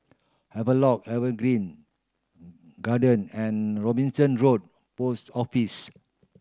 Havelock Evergreen Garden and Robinson Road Post Office